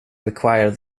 require